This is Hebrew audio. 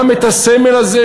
גם הסמל הזה,